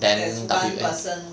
then W_N_K